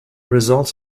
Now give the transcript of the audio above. result